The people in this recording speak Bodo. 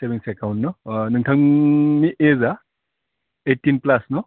सेबिंस एकाउन्ड ना नोंथांनि एजआ ओइटिन फ्लास न